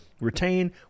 Retain